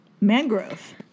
Mangrove